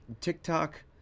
TikTok